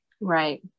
Right